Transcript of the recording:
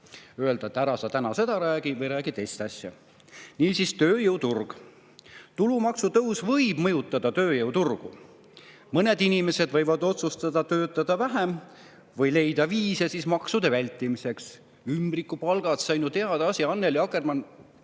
öelda, et ära sa täna seda räägi või räägi teist asja. Niisiis, tööjõuturg. Tulumaksutõus võib mõjutada tööjõuturgu. Mõned inimesed võivad otsustada töötada vähem või leida viise maksude vältimiseks. Ümbrikupalgad – see on ju teada asi. Annely Akkermann,